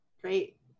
Great